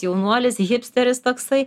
jaunuolis hipsteris toksai